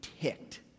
ticked